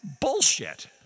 bullshit